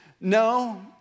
No